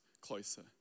closer